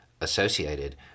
associated